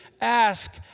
ask